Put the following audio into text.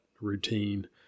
routine